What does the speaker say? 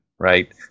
Right